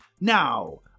Now